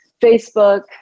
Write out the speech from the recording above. Facebook